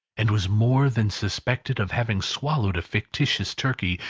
and was more than suspected of having swallowed a fictitious turkey,